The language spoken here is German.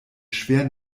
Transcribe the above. schwer